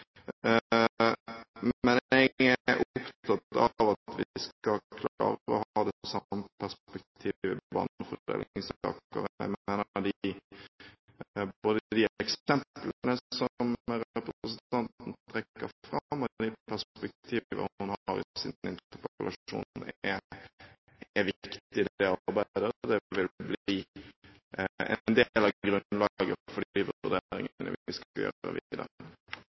Men jeg er opptatt av at vi skal klare å ha det samme perspektivet i barnefordelingssaker. Jeg mener at både de eksemplene som representanten trekker fram og de perspektivene hun har i sin interpellasjon, er viktige i det arbeidet, og det vil bli en del av grunnlaget for de vurderingene vi skal